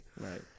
Right